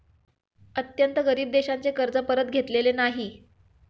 अत्यंत गरीब देशांचे कर्ज परत घेतलेले नाही